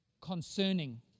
concerning